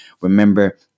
Remember